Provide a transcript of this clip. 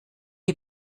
die